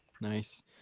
Nice